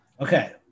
Okay